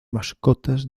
mascotas